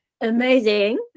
amazing